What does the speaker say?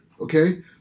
okay